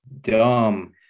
dumb